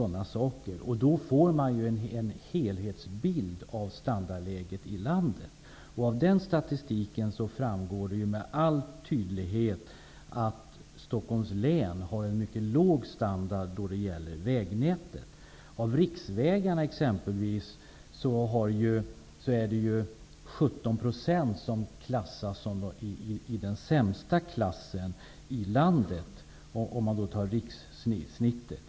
Därigenom får man en helhetsbild av standardläget i landet. Av statistiken framgår med all tydlighet att Stockholms län har en mycket låg standard när det gäller vägnäten. Om man tar riksgenomsnittet av exempelvis riksvägarna klassas 17 % som de sämsta vägarna i landet.